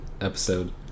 episode